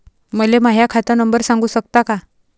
मले माह्या खात नंबर सांगु सकता का?